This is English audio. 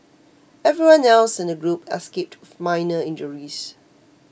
everyone else in the group escaped with minor injuries